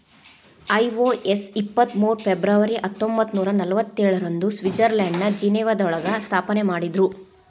IOS ಇಪ್ಪತ್ ಮೂರು February ಹತ್ತೊಂಬತ್ನೂರಾ ನಲ್ವತ್ತೇಳ ರಂದು ಸ್ವಿಟ್ಜರ್ಲೆಂಡ್ನ ಜಿನೇವಾದೊಳಗ ಸ್ಥಾಪನೆಮಾಡಿದ್ರು